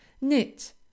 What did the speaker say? Knit